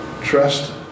Trust